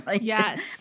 Yes